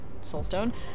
SoulStone